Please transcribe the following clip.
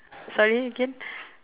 sorry again